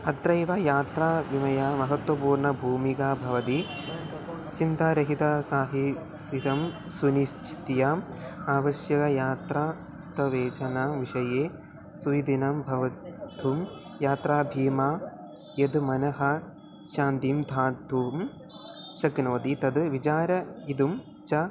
अत्रैव यात्राविमया महत्त्वपूर्णभूमिका भवति चिन्तारहिता साहिस्सिकं सुनिश्चितीय आवश्यकयात्रा तु वेचना विषये सुविधं भवितुं यात्रा भीमा यत् मनः शान्तिं दातुं शक्नोति तत् विचारयितुं च